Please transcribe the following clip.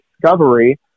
discovery